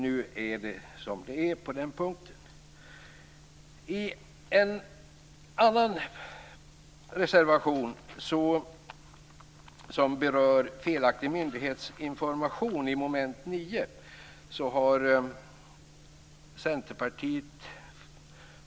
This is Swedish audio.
Nu är det som det är på den punkten.